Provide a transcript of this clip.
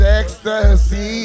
ecstasy